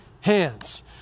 hands